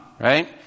right